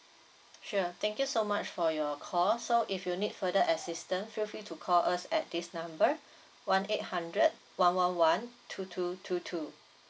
sure thank you so much for your call so if you need further assistance feel free to call us at this number one eight hundred one one one two two two two